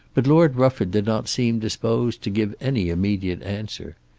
but lord rufford did not seem disposed to give any immediate answer.